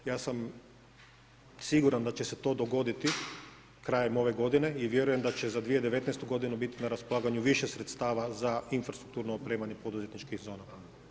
Ja sam siguran da će se to dogoditi krajem ove godine i vjerujem da će za 2019. godinu biti na raspolaganju više sredstava za infrastrukturno opremanje poduzetničkih zona.